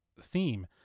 theme